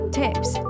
tips